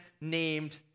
named